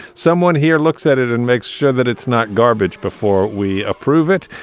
someone here looks at it and makes sure that it's not garbage before we approve it.